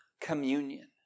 communion